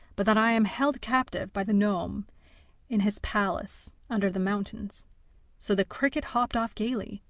but that i am held captive by the gnome in his palace under the mountains so the cricket hopped off gaily,